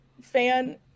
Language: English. fan